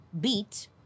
beat